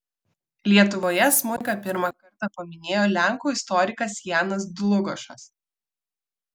lietuvoje smuiką pirmą kartą paminėjo lenkų istorikas janas dlugošas